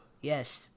Yes